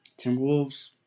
Timberwolves